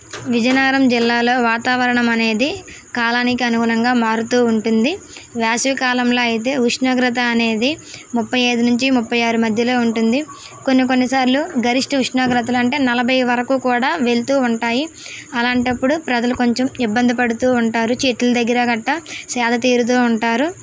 విజయనగరం జిల్లాలో వాతావరణం అనేది కాలానికి అనుగుణంగా మారుతూ ఉంటుంది వేసవికాలంలో అయితే ఉష్ణోగ్రత అనేది ముప్పై ఐదు నుంచి ముప్పై ఆరు మధ్యలో ఉంటుంది కొన్ని కొన్నిసార్లు గరిష్ట ఉష్ణోగ్రతలంటే నలభై వరకు కూడా వెళుతూ ఉంటాయి అలాంటప్పుడు ప్రజలు కొంచెం ఇబ్బంది పడుతూ ఉంటారు చెట్ల దగ్గర గట్రా సేదతీరుతూ ఉంటారు